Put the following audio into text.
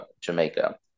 Jamaica